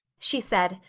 she said,